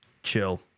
chill